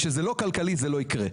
ואם זה לא כלכלי זה לא יקרה.